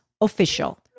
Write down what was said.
Official